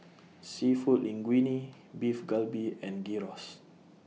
Seafood Linguine Beef Galbi and Gyros